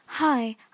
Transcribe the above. Hi